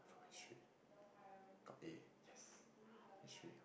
history from history got A yes